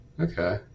okay